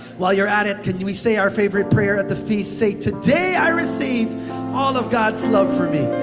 while you're at it, can you we say our favorite prayer at the feast? say, today, i receive all of god's love for me.